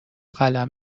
قلم